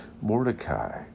Mordecai